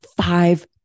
five